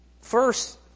First